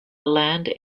land